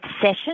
session